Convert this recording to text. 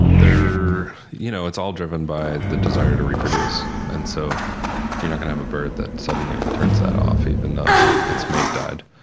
you know it's all driven by the desire to reproduce, and so you know have a bird that suddenly turns that off even though its mate died.